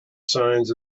signs